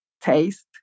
taste